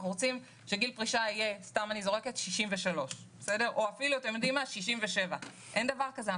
שאנחנו רוצים שגיל הפרישה יהיה למשל 63 או 67. אין דבר כזה,